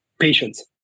patience